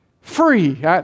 free